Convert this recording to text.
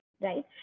right